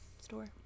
store